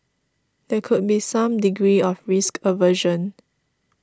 there could be some degree of risk aversion